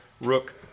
rook